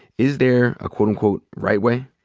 is there a quote unquote, right way?